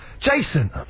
Jason